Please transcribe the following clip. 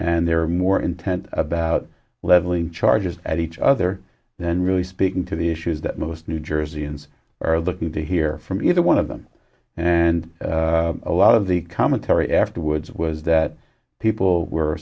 and they're more intent about leveling charges at each other than really speaking to the issues that most new jerseyans are looking to hear from either one of them and a lot of the commentary afterwards was that people were